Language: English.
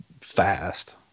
fast